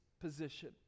position